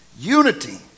Unity